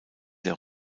der